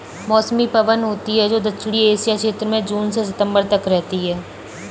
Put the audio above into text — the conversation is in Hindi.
मौसमी पवन होती हैं, जो दक्षिणी एशिया क्षेत्र में जून से सितंबर तक रहती है